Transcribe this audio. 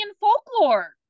folklore